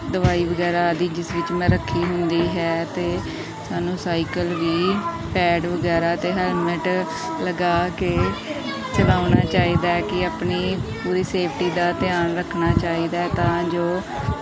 ਦਵਾਈ ਵਗੈਰਾ ਆਦਿ ਜਿਸ ਵਿੱਚ ਮੈਂ ਰੱਖੀ ਹੁੰਦੀ ਹੈ ਅਤੇ ਸਾਨੂੰ ਸਾਈਕਲ ਵੀ ਪੈਡ ਵਗੈਰਾ ਅਤੇ ਹੈਲਮਟ ਲਗਾ ਕੇ ਚਲਾਉਣਾ ਚਾਹੀਦਾ ਹੈ ਕਿ ਆਪਣੀ ਪੂਰੀ ਸੇਫਟੀ ਦਾ ਧਿਆਨ ਰੱਖਣਾ ਚਾਹੀਦਾ ਤਾਂ ਜੋ